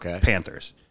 Panthers